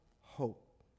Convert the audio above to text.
hope